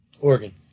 Oregon